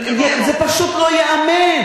נכון, זה פשוט לא ייאמן.